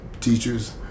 teachers